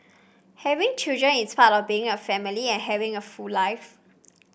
having children is part of being a family and having a full life